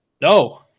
No